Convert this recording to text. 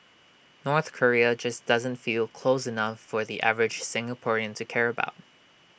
North Korea just doesn't feel close enough for the average Singaporean to care about